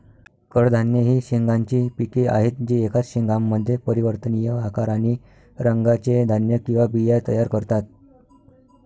कडधान्ये ही शेंगांची पिके आहेत जी एकाच शेंगामध्ये परिवर्तनीय आकार आणि रंगाचे धान्य किंवा बिया तयार करतात